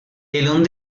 telón